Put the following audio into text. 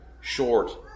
short